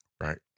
Right